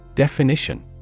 Definition